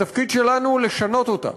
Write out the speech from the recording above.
התפקיד שלנו הוא לשנות אותה,